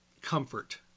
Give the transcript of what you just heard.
comfort